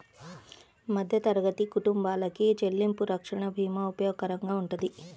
మధ్యతరగతి కుటుంబాలకి చెల్లింపు రక్షణ భీమా ఉపయోగకరంగా వుంటది